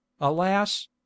alas